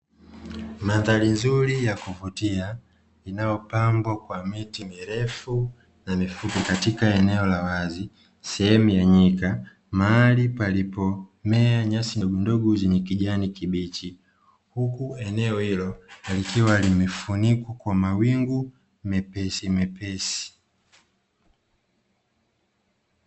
Mandhali nzuri ya kuvutia inayopambwa kwa miti mirefu na mifupi katika eneo la wazi sehemu ya nyika. mahali palipomea nyasi ndogondogo zenye kijani kibichi. Huku eneo hilo likiwa limefunikwa kwa mawingu mepesi mepesi.